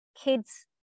kids